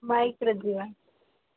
ବାଇକ୍ରେ ଯିବା